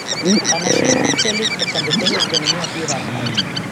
panašiai ūgteli ir konditerijos gaminių apyvarta